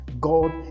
God